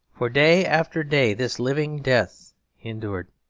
for day after day this living death endured.